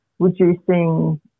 reducing